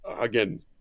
again